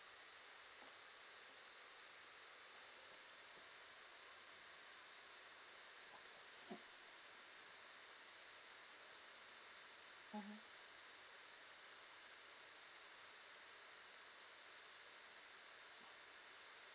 mmhmm